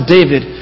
David